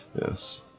Yes